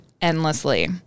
endlessly